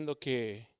que